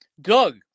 Doug